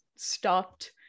stopped